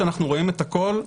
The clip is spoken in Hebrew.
כשאנחנו רואים את הכל,